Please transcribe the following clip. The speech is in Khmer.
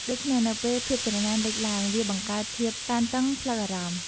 ដូច្នេះ នៅពេលភាពច្រណែនលេចឡើង វាបង្កើតភាពតានតឹងផ្លូវអារម្មណ៍។